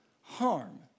harm